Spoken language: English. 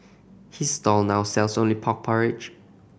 his stall now sells only pork porridge